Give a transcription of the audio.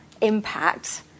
impact